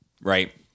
right